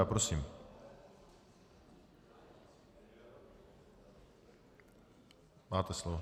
Prosím, máte slovo.